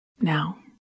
Now